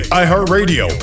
iHeartRadio